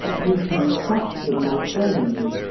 reconstructed my friends,